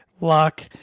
Luck